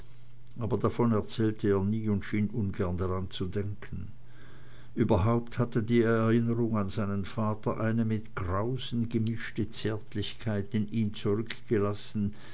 aber davon erzählte er nie und schien ungern daran zu denken überhaupt hatte die erinnerung an seinen vater eine mit grausen gemischte zärtlichkeit in ihm zurückgelassen